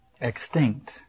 extinct